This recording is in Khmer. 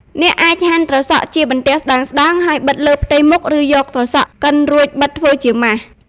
អ្នកអាចហាន់ត្រសក់ជាបន្ទះស្តើងៗ ហើយបិទលើផ្ទៃមុខ ឬយកត្រសក់កិនរួចបិទធ្វើជាម៉ាស។